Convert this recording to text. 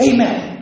Amen